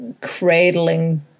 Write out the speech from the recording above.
cradling